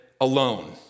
alone